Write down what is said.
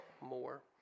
more